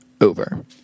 over